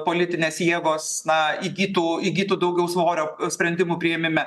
politinės jėgos na įgytų įgytų daugiau svorio sprendimų priėmime